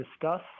discuss